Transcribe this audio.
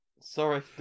Sorry